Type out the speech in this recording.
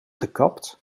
gekapt